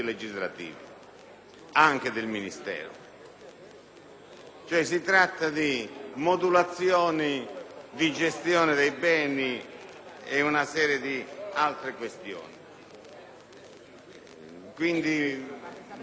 Si tratta cioè di modulazioni della gestione dei beni e di una serie di altre questioni. Mi permetto quindi di sottolineare l'origine